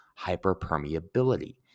hyperpermeability